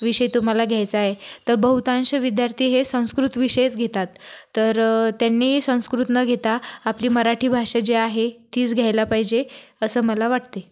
विषय तुम्हाला घ्यायचा आहे तर बहुतांश विद्यार्थी हे संस्कृत विषयच घेतात तर त्यांनी संस्कृत न घेता आपली मराठी भाषा जी आहे तीच घ्यायला पाहिजे असं मला वाटते